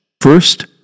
First